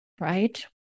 right